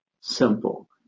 Simple